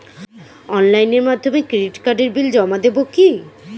অনলাইনের মাধ্যমে ক্রেডিট কার্ডের বিল জমা দেবো কি?